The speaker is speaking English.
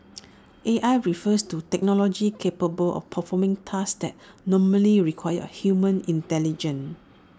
A I refers to technology capable of performing tasks that normally require human intelligence